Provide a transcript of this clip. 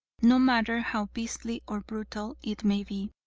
no matter how beastly or brutal it may be.